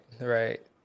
right